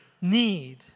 need